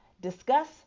Discuss